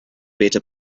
better